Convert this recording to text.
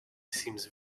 seems